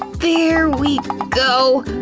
there we go.